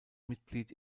mitglied